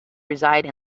reside